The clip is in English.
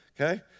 okay